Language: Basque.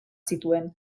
zituen